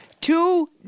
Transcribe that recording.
two